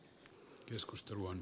keskustelun